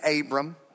Abram